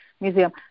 Museum